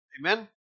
Amen